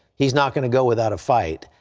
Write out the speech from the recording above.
he's not going to go without a fight,